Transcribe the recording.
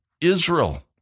Israel